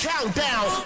Countdown